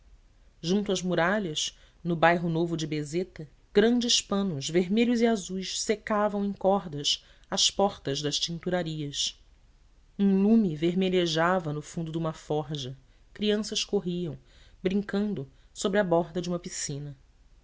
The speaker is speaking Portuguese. junto às muralhas no bairro novo de bezeta grandes panos vermelhos e azuis secavam em cordas às portas das tinturarias um lume vermelhejava no fundo de uma forja crianças corriam brincando sobre a borda de uma piscina